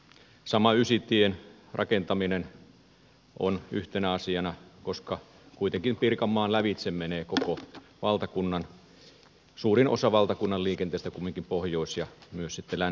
samoin ysitien rakentaminen on yhtenä asiana koska kuitenkin pirkanmaan lävitse menee suurin osa koko valtakunnan liikenteestä pohjois ja myös sitten länsi suomeen